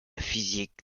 physique